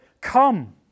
come